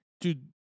dude